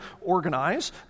organize